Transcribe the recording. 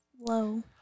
low